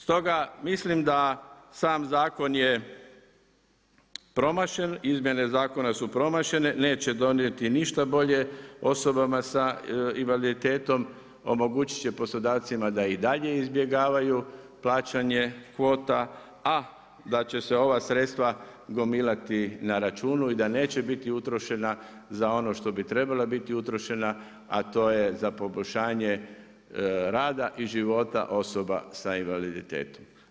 Stoga mislim da sam zakon je promašen, izmjene zakona su promašene, neće donijeti ništa bolje osobama sa invaliditetom, omogućit će poslodavcima da i dalje izbjegavaju plaćanje kvota, a da će se ova sredstva gomilati na računu i da neće biti utrošena za ono što bi trebala biti utrošena, a to je za poboljšanje rada i života osoba sa invaliditetom.